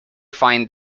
timid